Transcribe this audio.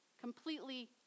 completely